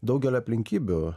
daugelio aplinkybių